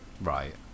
Right